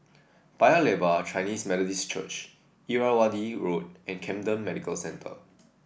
Paya Lebar Chinese Methodist Church Irrawaddy Road and Camden Medical Centre